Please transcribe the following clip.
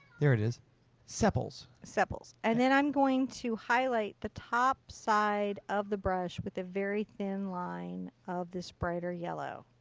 there it is sepal. sepals. and then i'm going to highlight the top side of the brush with a very then line of this brighter yellow.